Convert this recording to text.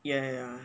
yeah yeah